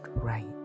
right